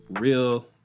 real